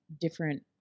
different